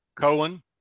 Cohen